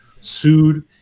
sued